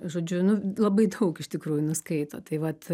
žodžiu nu labai daug iš tikrųjų nuskaito tai vat